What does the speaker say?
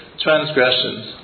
transgressions